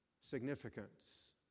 significance